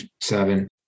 seven